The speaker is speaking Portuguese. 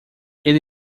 ele